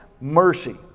mercy